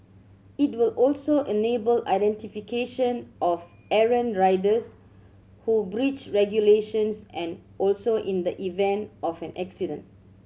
it will also enable identification of errant riders who breach regulations and also in the event of an accident